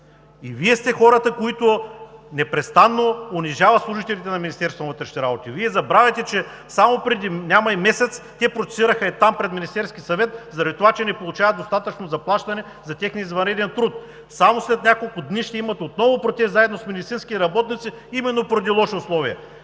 и Вие сте хората, които непрестанно унижават служителите на Министерството на вътрешните работи. Забравяте, че само преди няма и месец те протестираха пред Министерския съвет заради това, че не получават достатъчно заплащане за техния извънреден труд. Само след няколко дни ще имат отново протест заедно с медицинските работници именно поради лоши условия.